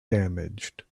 damaged